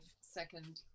second